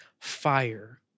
fire